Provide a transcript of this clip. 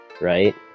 right